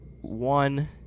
One